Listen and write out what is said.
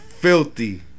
filthy